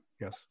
yes